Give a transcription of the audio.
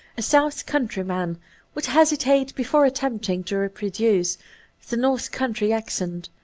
a south-countryman would hesi tate before attempting to reproduce the north country accent.